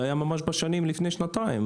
זה היה לפני שנתיים.